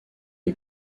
est